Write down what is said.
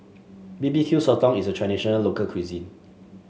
B B Q Sotong is a traditional local cuisine